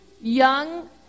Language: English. young